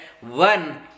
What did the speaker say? one